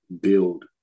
build